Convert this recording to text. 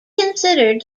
considered